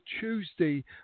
Tuesday